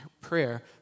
prayer